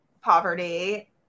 poverty